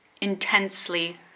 intensely